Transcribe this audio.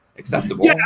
acceptable